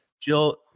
jill